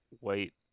wait